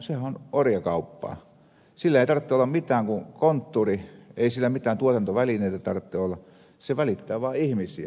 sillä ei tarvitse olla mitään muuta kuin konttori ei mitään tuotantovälineitä tarvitse olla se välittää vain ihmisiä